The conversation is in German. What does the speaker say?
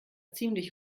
ziemlich